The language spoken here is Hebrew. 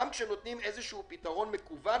לכן גם כשנותנים איזשהו פתרון מקוון,